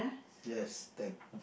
yes ten